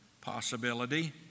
possibility